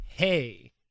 hey